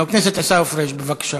חבר הכנסת עיסאווי פריג', בבקשה.